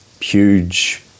huge